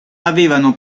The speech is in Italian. avevano